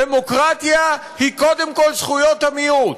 דמוקרטיה היא קודם כול זכויות המיעוט.